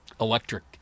electric